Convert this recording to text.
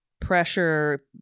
pressure